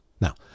Now